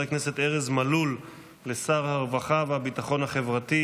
הכנסת ארז מלול לשר הרווחה והביטחון החברתי,